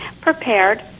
prepared